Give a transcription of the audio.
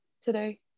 today